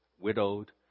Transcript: widowed